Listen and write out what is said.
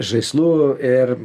žaislų ir